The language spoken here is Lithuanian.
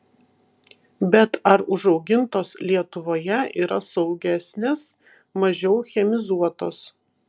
bet ar užaugintos lietuvoje yra saugesnės mažiau chemizuotos